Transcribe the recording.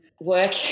work